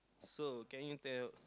so can you tell